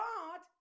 God